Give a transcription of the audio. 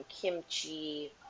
kimchi